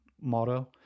motto